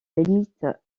limite